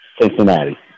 Cincinnati